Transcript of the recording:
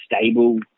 stable